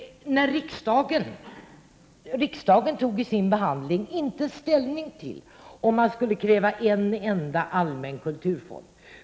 Men riksdagen tog vid sin behandling av frågan inte ställning till om man skulle kräva en enda allmän kulturfond.